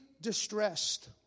distressed